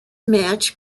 match